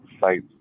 sites